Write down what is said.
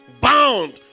bound